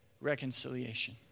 reconciliation